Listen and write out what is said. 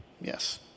Yes